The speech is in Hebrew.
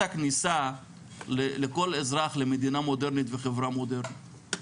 הכניסה לכל אזרח למדינה מודרנית וחברה מודרנית.